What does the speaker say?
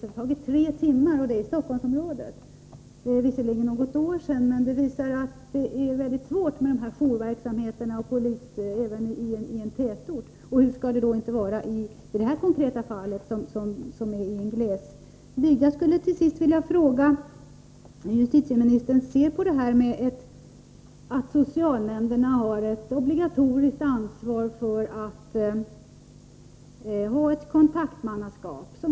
Det har dröjt tre timmar, och detta gäller Stockholmsområdet. Det är visserligen något år sedan, men det visar de stora svårigheterna med polisens jourverksamhet även ii en tätort. Hur skall det då inte vara i det här konkreta fallet, som gäller en glesbygd?